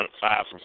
five